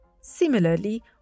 Similarly